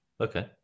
Okay